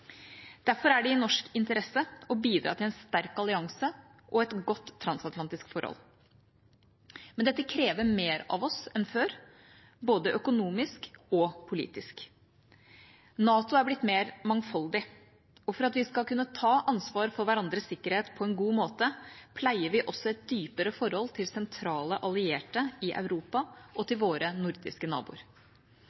Derfor er det i norsk interesse å bidra til en sterk allianse og et godt transatlantisk forhold. Dette krever mer av oss enn før, både økonomisk og politisk. NATO er blitt mer mangfoldig, og for at vi skal kunne ta ansvar for hverandres sikkerhet på en god måte, pleier vi også et dypere forhold til sentrale allierte i Europa og